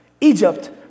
egypt